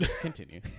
Continue